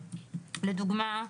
בכללי,